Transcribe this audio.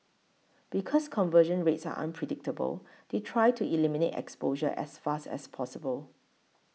because conversion rates are unpredictable they try to eliminate exposure as fast as possible